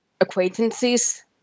Acquaintances